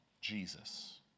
jesus